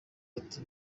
ati